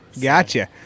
gotcha